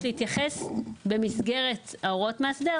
להתייחס במסגרת של הוראות המאסדר,